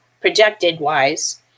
projected-wise